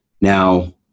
Now